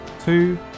two